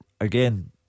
again